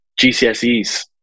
GCSEs